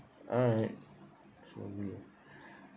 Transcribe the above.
alright probably ah